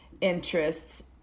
interests